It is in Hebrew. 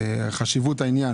ללשכה המשפטית.